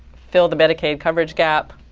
fill the medicaid coverage gap,